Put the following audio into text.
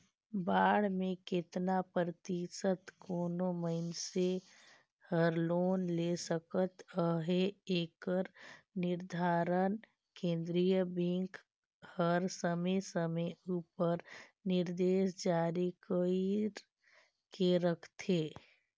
bond में केतना परतिसत कोनो मइनसे हर लोन ले सकत अहे एकर निरधारन केन्द्रीय बेंक हर समे समे उपर निरदेस जारी कइर के रखथे